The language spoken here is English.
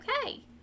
okay